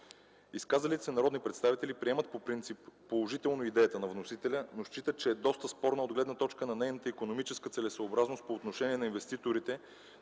Изказалите се народни представители приемат по принцип положително идеята на вносителя, но считат, че е доста спорна от гледна точка на нейната икономическа целесъобразност по отношение на инвеститорите